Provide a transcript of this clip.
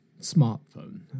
smartphone